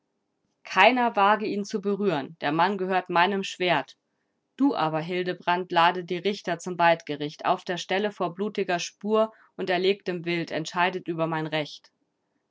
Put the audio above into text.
keiner wage ihn zu berühren der mann gehört meinem schwert du aber hildebrand lade die richter zum weidgericht auf der stelle vor blutiger spur und erlegtem wild entscheidet über mein recht